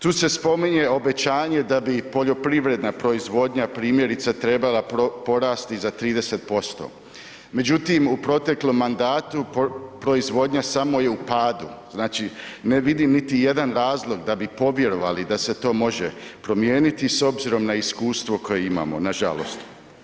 Tu se spominje obećanje da bi poljoprivredna proizvodnja primjerice trebala porast za 30% međutim u protekom mandatu proizvodnja samo je u padu, znači ne vidim niti jedan razlog da bi povjerovali da se to može promijeniti s obzirom na iskustvo koje imamo nažalost.